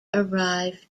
arrived